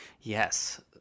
yes